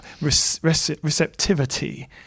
receptivity